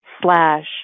slash